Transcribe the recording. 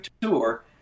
tour